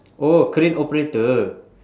oh crane operator